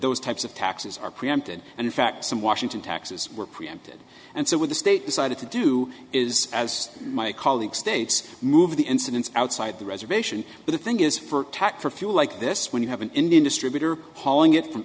those types of taxes are preempted and in fact some washington taxes were preempted and so with the state decided to do is as my colleague states move the incidents outside the reservation but the thing is for tack for fuel like this when you have an indian distributor hauling it from